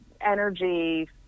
energy